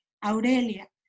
Aurelia